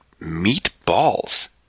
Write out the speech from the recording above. meatballs